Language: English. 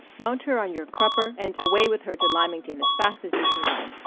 mount her on your crupper and away with her to lymington as fast as you can ride.